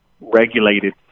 regulated